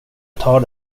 tar